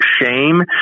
shame